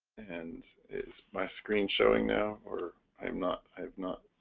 and is my screen showing now, or i'm not i've not